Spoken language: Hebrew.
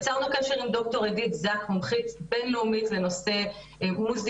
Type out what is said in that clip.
יצרנו קשר עם דוקטור אדית זק מומחית בינלאומית לנושא מוזיקה,